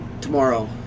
Tomorrow